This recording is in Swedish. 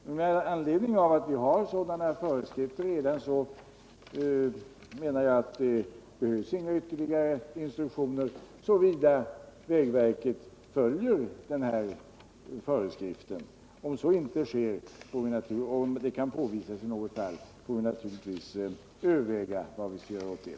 Men eftersom vi redan har sådana föreskrifter anser jag att det inte behövs några ytterligare instruktioner, såvida vägverket följer de här föreskrifterna. Om det i något fall kan påvisas att så inte sker, får vi naturligtvis överväga vad vi skall göra åt det.